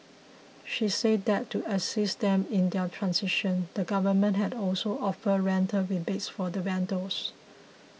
she said that to assist them in their transition the government has also offered rental rebates for the vendors